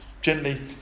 gently